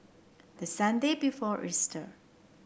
the Sunday before Easter